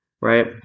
right